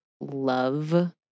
love